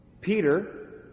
Peter